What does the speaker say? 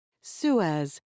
Suez